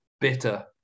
bitter